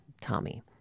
Tommy